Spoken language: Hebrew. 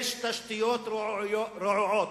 יש תשתיות רעועות,